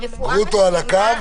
גרוטו על הקו?